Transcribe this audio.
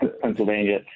Pennsylvania